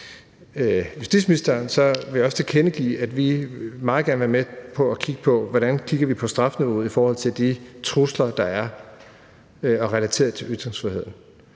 justitsministeren vil jeg også tilkendegive, at vi meget gerne vil være med til at kigge på strafniveauet i forhold til de trusler, der er, som er relateret til ytringsfriheden.